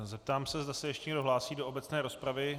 Zeptám se, zda se ještě někdo hlásí do obecné rozpravy.